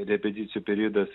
repeticijų periodas